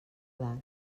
edat